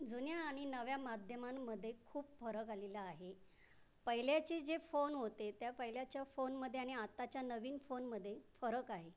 जुन्या आणि नव्या माध्यमांमध्ये खूप फरक आलेला आहे पहिल्याचे जे फोन होते त्या पहिल्याच्या फोनमध्ये आणि आत्ताच्या नवीन फोनमध्ये फरक आहे